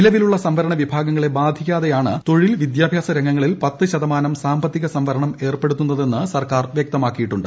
നിലവിലുള്ള സംവരണ വിഭാഗങ്ങളെ ബാധിക്കാതെയാണ് തൊഴിൽ വിദ്യാഭ്യാസ രംഗങ്ങളിൽ പത്ത് ശതമാനം സാമ്പത്തിക സംവരണം ഏർപ്പെടുത്തുന്നതെന്ന് സർക്കാർ വൃക്തമാക്കിയിട്ടുണ്ട്